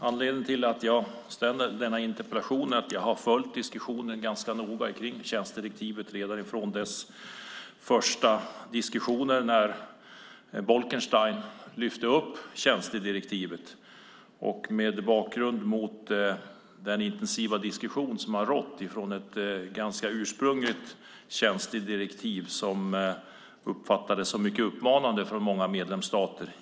Anledningen till att jag ställt denna interpellation är att jag har följt diskussionen om tjänstedirektivet ganska noga, redan de första diskussionerna när Bolkenstein lyfte upp tjänstedirektivet och mot bakgrund av den intensiva diskussion som har rått om ett ganska ursprungligt tjänstedirektiv som uppfattades som mycket utmanande av många medlemsstater.